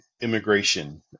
immigration